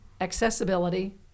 accessibility